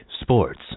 sports